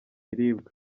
ibirwa